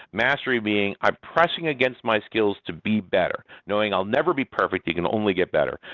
mastery being i'm pressing against my skills to be better. knowing i'll never be perfect, it can only get better.